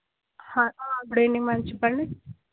good evening అండి చెప్పండి